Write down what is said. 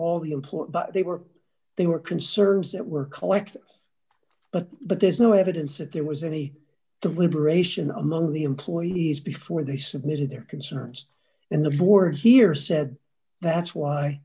but they were they were concerns that were collective but but there's no evidence that there was any the liberation of among the employees before they submitted their concerns and the board here said that's why